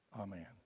Amen